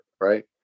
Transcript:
right